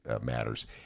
matters